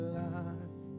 life